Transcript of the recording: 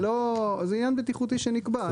זה עניין בטיחותי שנקבע.